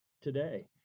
today